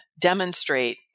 demonstrate